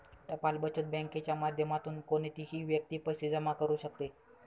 टपाल बचत बँकेच्या माध्यमातून कोणतीही व्यक्ती पैसे जमा करू शकते